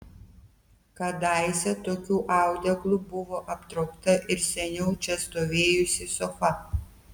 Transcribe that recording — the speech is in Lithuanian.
kadaise tokiu audeklu buvo aptraukta ir seniau čia stovėjusi sofa